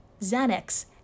Xanax